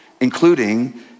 including